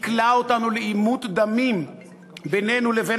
יקלע אותנו לעימות דמים בינינו לבין